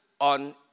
on